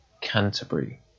Canterbury